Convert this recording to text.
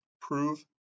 prove